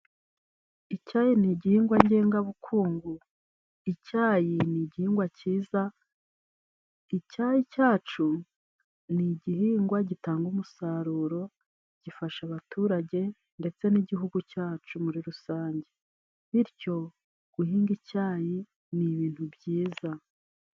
Icyayi ni igihingwa ngengabukungu. Icyayi ni igihingwa cyiza. Icyayi cyacu ni igihingwa gitanga umusaruro gifasha abaturage ndetse n'igihugu cyacu muri rusange. Bityo guhinga icyayi ni ibintu byiza.